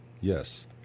Yes